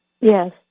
Yes